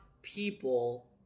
people